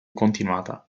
continuata